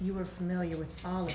you are familiar with